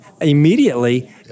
Immediately